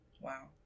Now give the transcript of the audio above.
wow